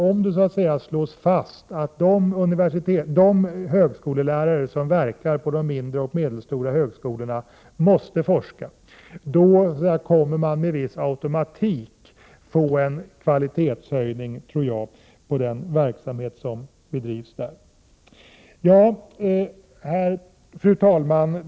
Om det slås fast att de högskolelärare som verkar på de mindre och medelstora högskolorna måste forska, då tror jag att det med viss automatik blir en kvalitetshöjning på den verksamhet som bedrivs där. Fru talman!